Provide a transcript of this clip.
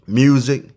music